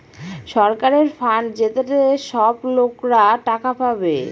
সরকারের ফান্ড যেটাতে সব লোকরা টাকা পাবে